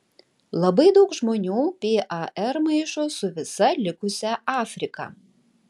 labai daug žmonių par maišo su visa likusia afrika